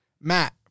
Matt